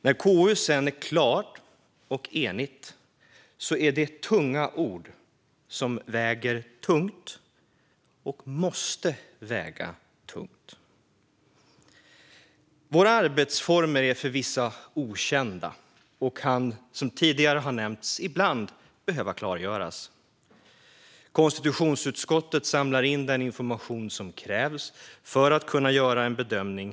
När granskningen sedan är klar och utskottet enigt väger dess ord tungt - och de måste väga tungt. Våra arbetsformer är för vissa okända och kan, som tidigare har nämnts, ibland behöva klargöras. Konstitutionsutskottet samlar in den information som krävs för att kunna göra en bedömning.